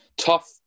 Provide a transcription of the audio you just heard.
Tough